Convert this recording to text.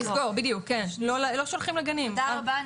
תודה רבה.